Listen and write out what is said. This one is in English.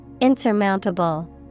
Insurmountable